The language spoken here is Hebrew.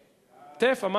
טף).